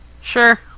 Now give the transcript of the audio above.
Sure